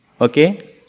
Okay